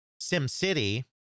SimCity